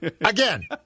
Again